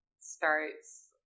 starts